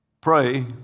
pray